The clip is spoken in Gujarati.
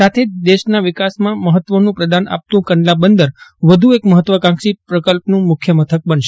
સાથે જ દેશના વિકાસમાં મહત્ત્વનું પ્રદાન આપતું કંડલા બંદર વધુ એક મહત્ત્વકાંક્ષી પ્રકલ્પનું મુખ્ય મથક બનશે